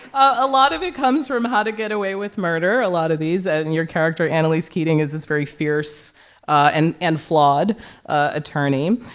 a lot of it comes from how to get away with murder a lot of these. and and your character, annalise keating, is this very fierce and and flawed attorney.